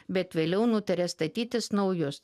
bet vėliau nutarė statytis naujus